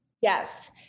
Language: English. Yes